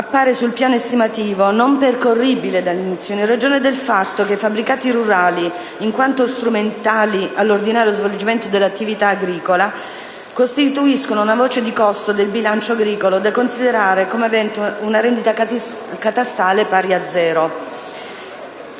appare sul piano estimativo non percorribile, in ragione del fatto che i fabbricati rurali, in quanto strumentali all'ordinario svolgimento dell'attività agricola, costituiscono una voce di costo del bilancio agricolo da considerare come avente una rendita catastale pari a zero.